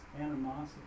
animosity